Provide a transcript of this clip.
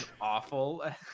awful